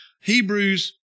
Hebrews